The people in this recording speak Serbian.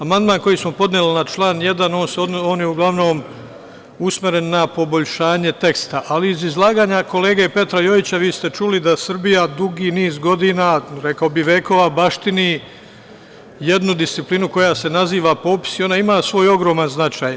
Amandman koji smo podneli na član 1, on je uglavnom usmeren na poboljšanje teksta, ali iz izlaganja kolege Petra Jojića, vi ste čuli da Srbija dugi niz godina, reko bih, vekova, baštini jednu disciplinu koja se naziva popis i ona ima svoj ogroman značaj.